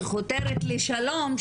שחותרת לשלום,